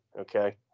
Okay